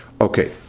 Okay